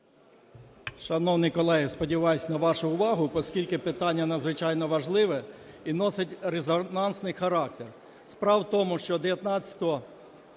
Шановні колеги, сподіваюсь на вашу увагу, оскільки питання надзвичайно важливе і носить резонансний характер.